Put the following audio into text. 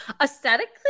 Aesthetically